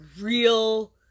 real